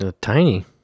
Tiny